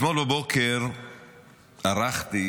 אתמול בבוקר ערכתי